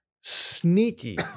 Sneaky